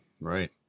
Right